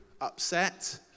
upset